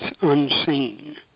unseen